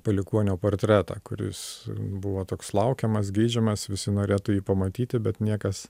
palikuonio portretą kuris buvo toks laukiamas geidžiamas visi norėtų jį pamatyti bet niekas